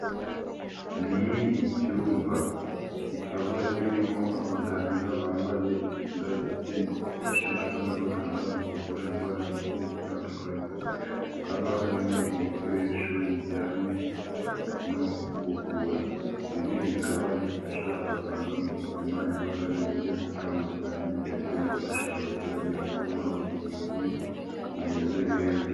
Ni icyumba kikaba kirimo abaganga bambaye imyenda yabugewe yifashishwa n'abaganga mu kuvura indwara zigiye zitandukanye hakaba harimo ibikoresho bijyanye no kuvura, ibi bikaba bifasha abaganga mu gupima indwara zigiye zitandukanye ndetse bifasha abaturage mu kubona ubuvuzi bumeze neza.